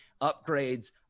upgrades